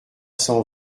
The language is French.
cent